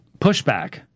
pushback